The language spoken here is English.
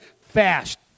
fast